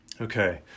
Okay